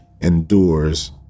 endures